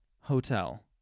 hotel